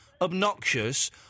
obnoxious